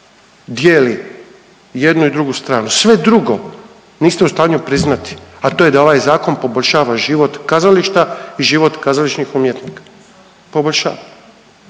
dijeli jednu i drugu stranu. Sve drugo niste u stanju priznati, a to je da ovaj zakon poboljšava život kazališta i život kazališnih umjetnika. Poboljšava